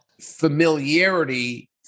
familiarity